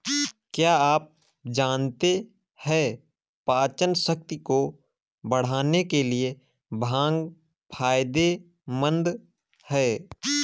क्या आप जानते है पाचनशक्ति को बढ़ाने के लिए भांग फायदेमंद है?